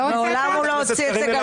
קונגרס נשיא,